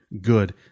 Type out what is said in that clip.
good